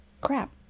Crap